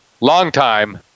longtime